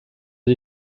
die